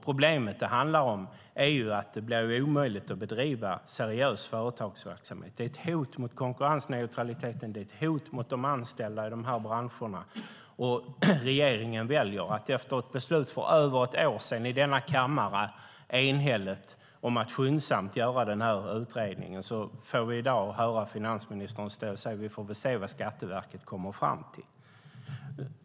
Problemet är att det blir omöjligt att bedriva seriös företagsverksamhet. Det är ett hot mot konkurrensneutraliteten och ett hot mot de anställda i de branscherna. Efter ett enhälligt beslut i denna kammare för över ett år sedan om att skyndsamt göra utredningen får vi i dag höra finansministern säga: Vi får se vad Skatteverket kommer fram till.